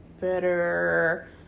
better